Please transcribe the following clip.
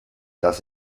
das